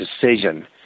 decision